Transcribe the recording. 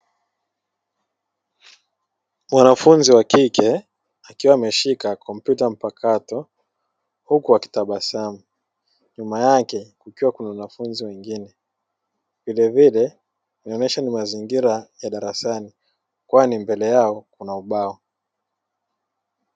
Mwanafunzi wakike akiwa ameshika kompyuta mpakato akitabasamu huku nyuma yake kukiwa na wanafunzi wengine ikionyesha ni mazingira ya darasani kwani mbele yao kuna ubao.